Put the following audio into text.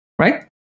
right